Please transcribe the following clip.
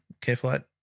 CareFlight